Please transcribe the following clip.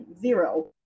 Zero